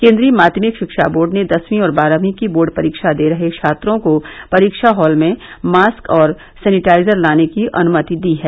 केन्द्रीय माध्यमिक शिक्षा बोर्ड ने दसवीं और बारहवीं की बोर्ड परीक्षा दे रहे छात्रों को परीक्षा हॉल में मास्क और सेनिटाइजर लाने की अनुमति दी है